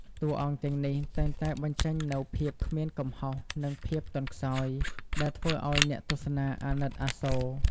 តួអង្គទាំងនេះតែងតែបញ្ចេញនូវភាពគ្មានកំហុស និងភាពទន់ខ្សោយ ដែលធ្វើឲ្យអ្នកទស្សនាអាណិតអាសូរ។